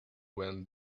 went